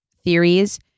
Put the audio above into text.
theories